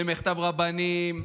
למכתב רבנים,